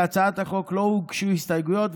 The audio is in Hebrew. להצעת החוק לא הוגשו הסתייגויות,